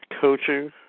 coaching